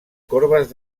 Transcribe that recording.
corbes